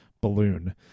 balloon